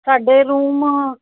ਸਾਡੇ ਰੂਮ